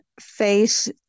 face